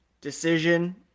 decision